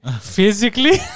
physically